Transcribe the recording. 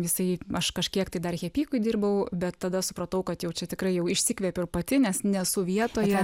jisai aš kažkiek tai dar hepikui dirbau bet tada supratau kad jau čia tikrai jau išsikvėpiau pati nes nesu vietoje